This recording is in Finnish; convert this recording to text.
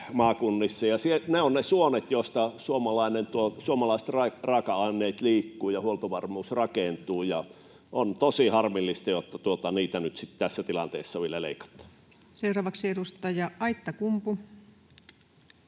Ne ovat ne suonet, joilla suomalaiset raaka-aineet liikkuvat ja huoltovarmuus rakentuu. On tosi harmillista, että niitä nyt tässä tilanteessa vielä leikataan. Seuraavaksi edustaja Aittakumpu.